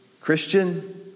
Christian